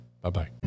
Bye-bye